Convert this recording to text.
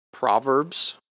Proverbs